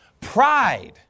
pride